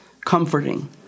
comforting